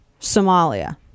Somalia